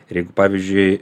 ir jeigu pavyzdžiui